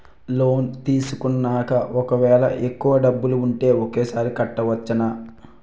Loan తీసుకున్నాక ఒకవేళ ఎక్కువ డబ్బులు ఉంటే ఒకేసారి కట్టవచ్చున?